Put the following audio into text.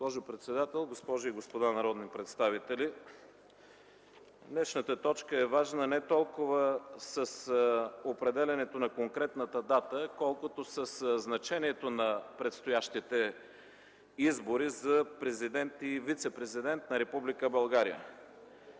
госпожи и господа народни представители! Днешната точка е важна не толкова с определянето на конкретната дата, колкото със значението на предстоящите избори за Президент и вицепрезидент на Република България.